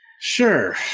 Sure